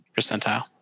percentile